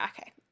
okay